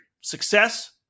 success